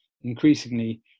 increasingly